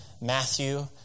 Matthew